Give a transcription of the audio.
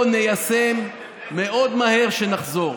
שניישם מהר מאוד כשנחזור,